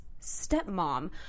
stepmom